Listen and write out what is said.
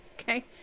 okay